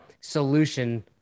solution